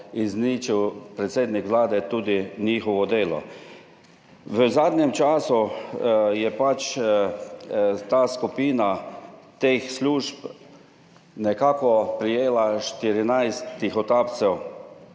izničil predsednik vlade tudi njihovo delo. V zadnjem času je pač ta skupina teh služb nekako prijela 14 tihotapcev